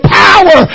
power